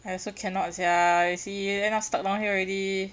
I also cannot sia I see end up stuck down here already